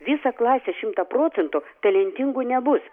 visa klasė šimtą procentų talentingų nebus